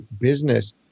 business